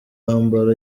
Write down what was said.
mwambaro